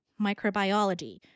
microbiology